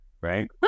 right